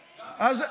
כן, גם איתם.